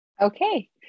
okay